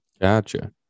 Gotcha